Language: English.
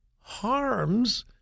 harms